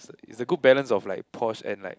it's it's a good balance of like posh and like